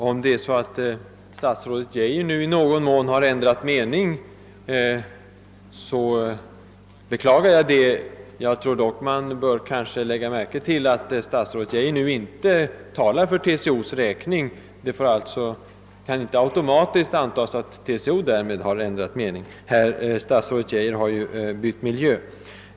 Herr talman! Om statsrådet Geijer i någon mån har ändrat uppfattning, beklagar jag det. Jag tror dock man bör lägga märke till att statsrådet Geijer nu inte talar för TCO:s räkning. Det kan alltså inte automatiskt antas att TCO därmed har ändrat mening — herr statsrådet Geijer har ju bytt miljö.